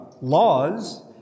laws